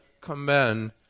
command